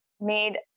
made